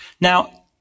Now